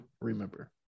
remember